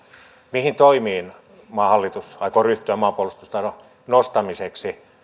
mihin toimiin maan hallitus aikoo ryhtyä maanpuolustustahdon nostamiseksi